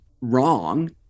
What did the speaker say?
wrong